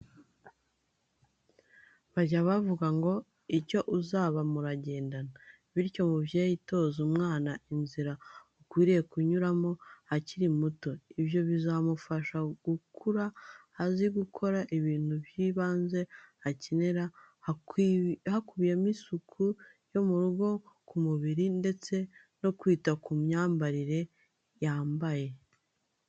Bajya bavuga ngo icyo uzaba muragendana! Bityo mubyeyi, toza umwana inzira akwiriye kunyuramo akiri muto. Ibyo bizamufasha gukura azi gukora ibintu by'ibanze akenera hakubiyemo isuku yo mu rugo, ku mubiri ndetse no kwita ku myambaro yambara.